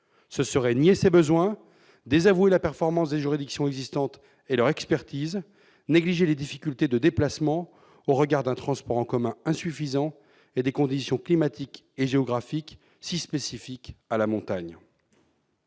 Ce serait nier ses besoins, désavouer la performance et l'expertise des juridictions existantes, et négliger les difficultés de déplacement au regard de transports en commun insuffisants et de conditions climatiques et géographiques si spécifiques à la montagne.